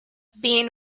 being